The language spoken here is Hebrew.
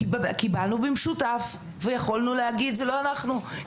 קיבלנו במשותף ויכולנו להגיד זה לא אנחנו.